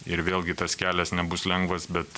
ir vėlgi tas kelias nebus lengvas bet